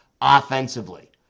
offensively